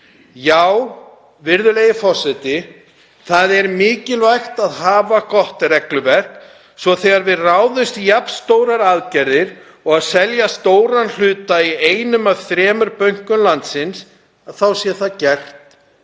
Virðulegi forseti. Það er mikilvægt að hafa gott regluverk svo að þegar við ráðumst í jafn stórar aðgerðir og að selja stóran hluta í einum af þremur bönkum landsins þá sé það gert